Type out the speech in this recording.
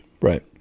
Right